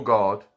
God